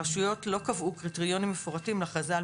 רשויות לא קבעו קריטריונים מפורטים להכרזה על